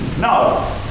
No